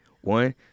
One